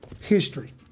history